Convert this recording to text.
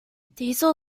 diesel